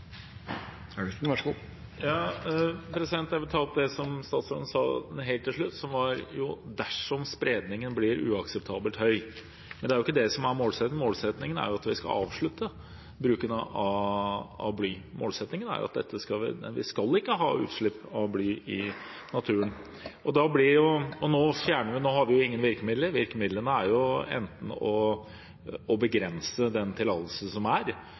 Jeg vil ta opp det som statsråden sa helt til slutt, som var «dersom spredningen blir uakseptabelt høy». Det er jo ikke det som er målsettingen. Målsettingen er at vi skal avslutte bruken av bly. Målsettingen er at vi ikke skal ha utslipp av bly i naturen. Nå har vi ingen virkemidler. Virkemidlene er enten å begrense den tillatelsen som er,